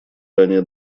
ранее